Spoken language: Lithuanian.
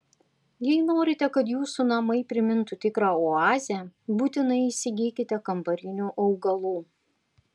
jei norite kad jūsų namai primintų tikrą oazę būtinai įsigykite kambarinių augalų